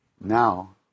Now